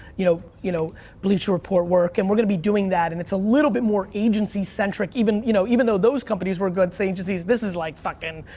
you know you know, bleach report work and we're gonna be doing that and it's a little bit more agency centric, even you know even though those companies were good so agencies. this is like fucking,